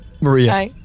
Maria